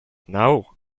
now